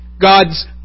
God's